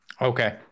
okay